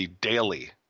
daily